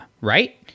right